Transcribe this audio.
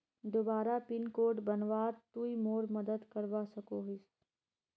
दोबारा pin code बनवात तुई मोर मदद करवा सकोहिस?